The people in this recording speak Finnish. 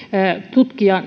tutkia